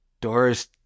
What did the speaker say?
Doris